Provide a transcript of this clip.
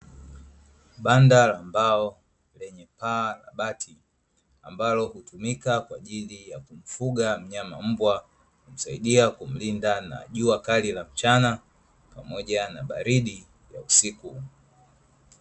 Banda la mbao lenye paa ya bati, ambalo hutumika kwa ajili ya kumfuga mnyama mbwa, humsaidia kumlinda na jua kali la mchana pamoja na baridi ya usiku.